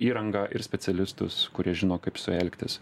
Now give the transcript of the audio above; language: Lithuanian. įrangą ir specialistus kurie žino kaip su elgtis